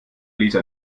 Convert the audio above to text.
lisa